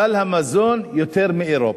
סל המזון, יותר מאירופה?